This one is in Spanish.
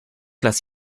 las